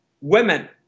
women